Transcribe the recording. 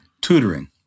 tutoring